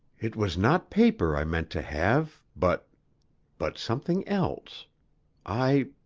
it was not paper i meant to have, but but something else i